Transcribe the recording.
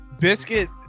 Biscuit